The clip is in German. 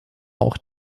auch